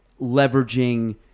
leveraging